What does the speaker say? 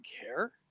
care